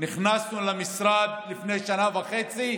נכנסנו למשרד לפני שנה וחצי,